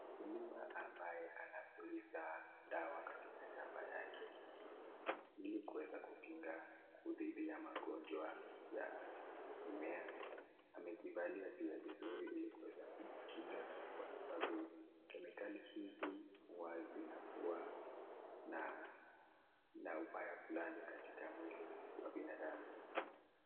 Mkulima ambaye anapuliza dawa katika shamba yake ili kuweza kukinga udhidi ya magonjwa za mimea. Amejivalia pia vizuri ili kuweza kujikinga kwa sababu kemikali hizi huwa zinakuwa na ubaya flani katika mwili wa binadamu.